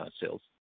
sales